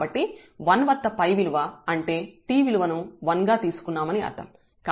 కాబట్టి 1 వద్ద 𝜙 విలువ అంటే t విలువను 1 గా తీసుకున్నామని అర్థం